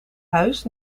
huis